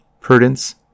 prudence